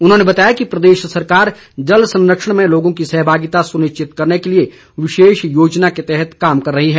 उन्होंने बताया कि प्रदेश सरकार जल संरक्षण में लोगों की सहभागिता सुनिश्चित करने के लिए विशेष योजना के तहत कार्य कर रही है